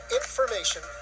information